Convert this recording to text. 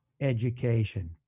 education